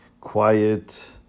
quiet